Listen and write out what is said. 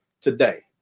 today